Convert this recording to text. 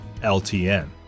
LTN